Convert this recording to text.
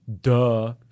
Duh